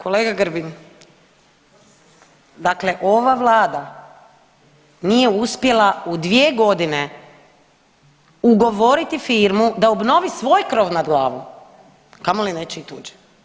Kolega Grbin, dakle ova vlada nije uspjela u 2.g. ugovoriti firmu da obnovi svoj krov nad glavom kamoli nečiji tuđi.